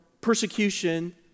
persecution